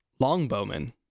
longbowmen